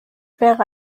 wäre